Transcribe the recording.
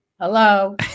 Hello